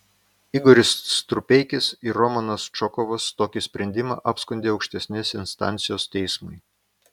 igoris strupeikis ir romanas čokovas tokį sprendimą apskundė aukštesnės instancijos teismui